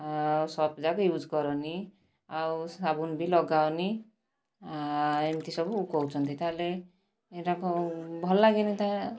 ଆଉ ସର୍ଫ ଯାକ ୟୁଜ୍ କରନାହିଁ ଆଉ ସାବୁନ ବି ଲଗାଅନାହିଁ ଏମିତି ସବୁ କହୁଛନ୍ତି ତା'ହେଲେ ଏରାକ ଭଲ ଲାଗେନାହିଁ ତା